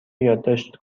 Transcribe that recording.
یادداشت